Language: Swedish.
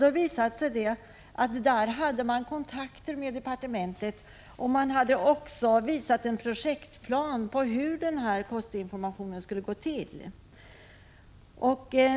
Det visade sig att sällskapet hade kontakter med departementet, och man hade också gjort upp en projektplan för hur denna kostinformation skulle gå till.